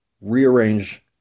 rearrange